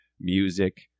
Music